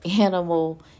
animal